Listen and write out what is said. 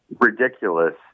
ridiculous